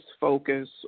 focus